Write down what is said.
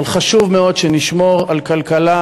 אבל חשוב מאוד שנשמור על כלכלה